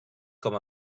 com